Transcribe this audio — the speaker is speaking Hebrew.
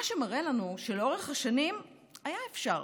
מה שמראה לנו שלאורך כל השנים היה אפשר,